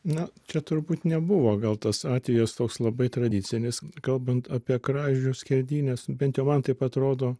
na čia turbūt nebuvo gal tas atvejis toks labai tradicinis kalbant apie kražių skerdynes bent jau man taip atrodo